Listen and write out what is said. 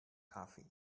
coffee